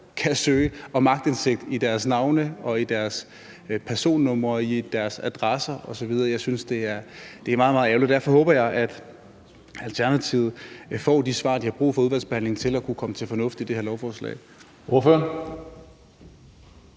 kan søge om aktindsigt i deres navne, i deres personnumre, i deres adresser osv. Jeg synes, det er meget, meget ærgerligt, og derfor håber jeg, at Alternativet vil få de svar, de har brug for, i udvalgsbehandlingen til at kunne komme til fornuft i forhold til det her lovforslag.